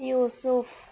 یوسف